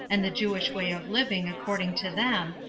and the jewish way of living according to them,